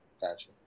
gotcha